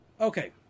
Okay